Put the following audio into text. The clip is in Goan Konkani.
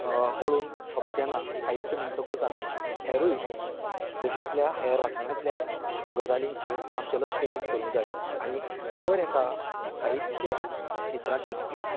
पळोवन सोंपचें ना साहित्य म्हणटकच आमी हेरूय देशांतल्या हेर वाठारांतलेय गजालींचेर आमचें लक्ष केंद्रीत करूंक जाय आनी दर एका साहित्य क्षेत्रांत शिकपी